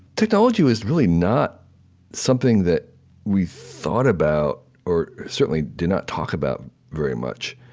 technology was really not something that we thought about, or certainly, did not talk about very much.